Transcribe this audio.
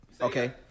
Okay